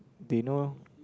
they know